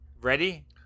ready